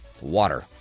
water